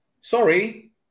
Sorry